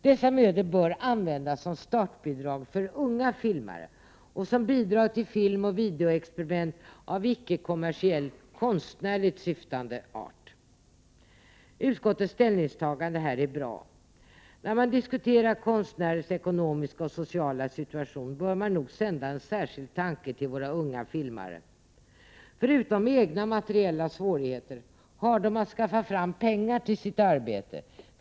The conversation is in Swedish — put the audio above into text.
Dessa medel bör användas som startbidrag för unga filmare och som bidrag till filmoch videoexperiment av icke-kommersiell konstnärligt syftande art. Utskottets ställningstagande härvidlag är bra. När man diskuterar konstnärers ekonomiska och sociala situation, bör man nog sända en särskild tanke till våra unga filmare. Förutom egna materiella svårigheter har de att skaffa Prot. 1988/89:103 fram pengar till sitt arbete.